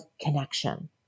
connection